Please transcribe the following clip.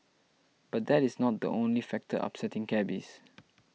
but that is not the only factor upsetting cabbies